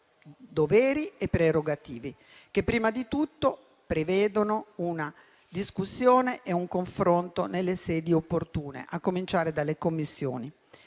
nostre prerogative, che prima di tutto prevedono una discussione e un confronto nelle sedi opportune, a cominciare dalle Commissioni.